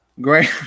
Great